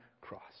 cross